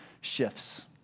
shifts